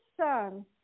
son